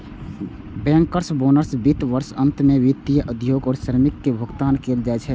bankers bonus वित्त वर्षक अंत मे वित्तीय उद्योग के श्रमिक कें भुगतान कैल जाइ छै